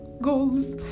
goals